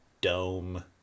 dome